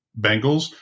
Bengals